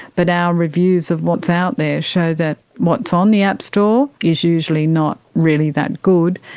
but our reviews of what's out there show that what's on the app store is usually not really that good,